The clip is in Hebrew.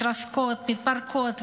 מתרסקות ומתפרקות,